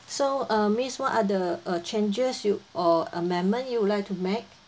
so uh miss what are the uh changes you or amendment you would like to make